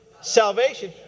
salvation